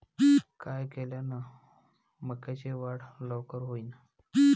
काय केल्यान मक्याची वाढ लवकर होईन?